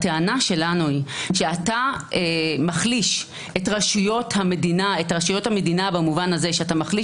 הטענה שלנו היא שאתה מחליש את רשויות המדינה במובן הזה שאתה מחליש